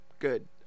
good